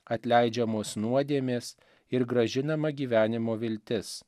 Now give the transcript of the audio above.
atleidžiamos nuodėmės ir grąžinama gyvenimo viltis